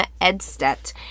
Edstedt